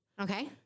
Okay